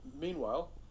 Meanwhile